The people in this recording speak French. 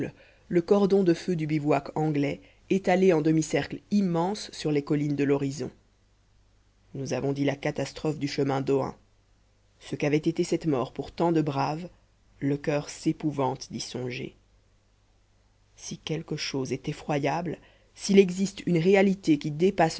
le cordon de feux du bivouac anglais étalé en demi-cercle immense sur les collines de l'horizon nous avons dit la catastrophe du chemin d'ohain ce qu'avait été cette mort pour tant de braves le coeur s'épouvante d'y songer si quelque chose est effroyable s'il existe une réalité qui dépasse